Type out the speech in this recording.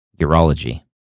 urology